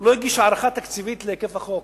לא הגיש הערכה תקציבית של היקף החוק.